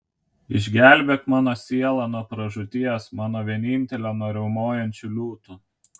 išgelbėk mano sielą nuo pražūties mano vienintelę nuo riaumojančių liūtų